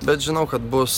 bet žinau kad bus